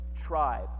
tribe